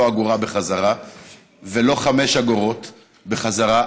לא אגורה בחזרה ולא חמש אגורות בחזרה,